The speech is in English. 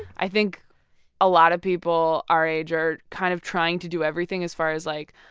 i think a lot of people our age are kind of trying to do everything as far as like,